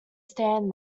stand